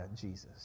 Jesus